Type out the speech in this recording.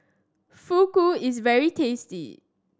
Fugu is very tasty